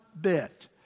bit